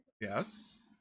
Yes